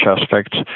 aspects